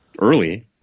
early